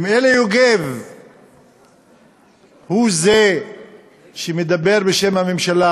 אם מוטי יוגב הוא זה שמדבר בשם הממשלה,